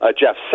jeff